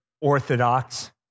orthodox